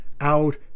out